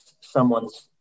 someone's